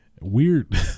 weird